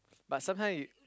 but sometime you